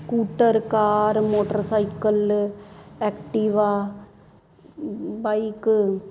scooter car motorcycle Activa bike